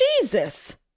Jesus